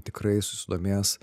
tikrai susidomėjęs